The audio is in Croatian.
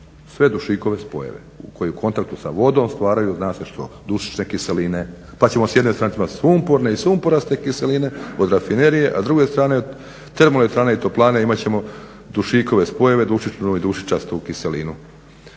sve dušikove spojeve koji u kontaktu sa vodom stvaraju zna se što, dušične kiseline. Pa ćemo s jedne strane imati sumporne i sumporaste kiseline od rafinerije, a s druge strane od termoelektrane i toplane imat ćemo dušikove spojeve, dušičastu kiselinu.